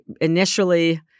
initially